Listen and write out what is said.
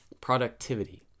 productivity